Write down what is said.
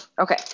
Okay